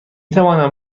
توانم